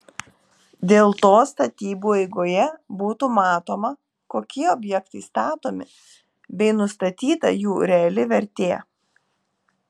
dėl to statybų eigoje būtų matoma kokie objektai statomi bei nustatyta jų reali vertė